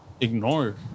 ignore